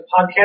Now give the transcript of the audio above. podcast